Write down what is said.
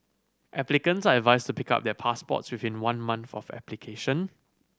applicants are advised to pick up their passports within one month of application